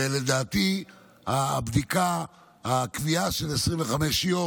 ולדעתי, הקביעה של 25%